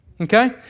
Okay